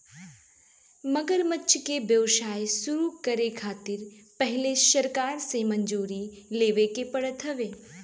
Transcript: मगरमच्छ के व्यवसाय शुरू करे खातिर पहिले सरकार से मंजूरी लेवे के पड़त हवे